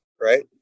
right